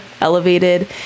elevated